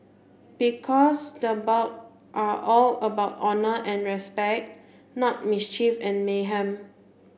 because the bout are all about honour and respect not mischief and mayhem